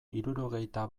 hirurogeita